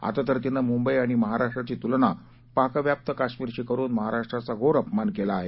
आता तर तिने मुंबई आणि महाराष्ट्राची तुलना पाकव्याप्त काश्मीरशी करून महाराष्ट्राचा घोर अपमान केला आहे